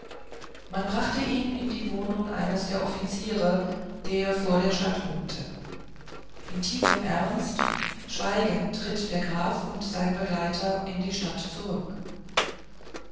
man brachte ihn in die wohnung eines der offiziere der vor der stadt wohnte in tiefem ernst schweigend ritt der graf und sein begleiter zur stadt zurück